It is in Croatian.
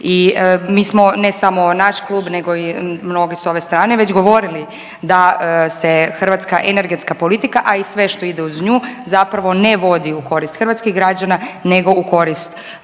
i mi smo ne samo naš klub nego i mnogi s ove strane već govorili da se hrvatska energetska politika, a i sve što ide uz nju zapravo ne vodi u korist hrvatskih građana nego u korist